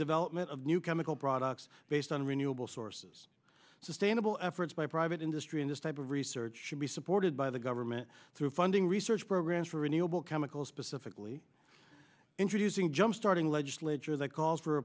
development of new chemical products based on renewable sources sustainable efforts by private industry in this type of research should be supported by the government through funding research programmes for renewable chemicals specifically introducing jumpstarting legislature that calls for